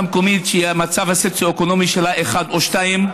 מקומית שהמצב הסוציו-אקונומי שלה הוא 1 או 2,